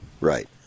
right